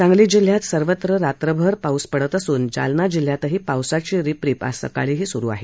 सांगली जिल्ह्यात सर्वत्र रात्रभर पाऊस पडत असून जालना जिल्ह्यातही पावसाची रिपरिप सुरु आहे